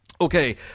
Okay